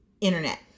internet